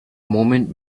moment